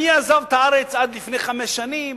מי עזב את הארץ עד לפני חמש שנים,